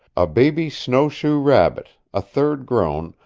a baby snowshoe rabbit, a third grown,